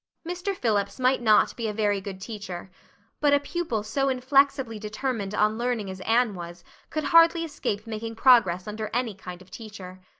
mr. phillips might not be a very good teacher but a pupil so inflexibly determined on learning as anne was could hardly escape making progress under any kind of teacher.